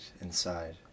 inside